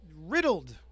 riddled